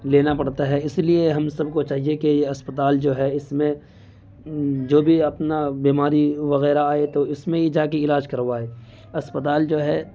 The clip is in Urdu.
لینا پڑتا ہے اسی لیے ہم سب کو چاہیے کہ یہ اسپتال جو ہے اس میں جو بھی اپنا بیماری وغیرہ آئے تو اس میں ہی جا کے علاج کروائے اسپتال جو ہے